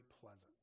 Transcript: pleasant